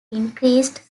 increased